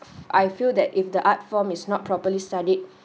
I feel that if the art form is not properly studied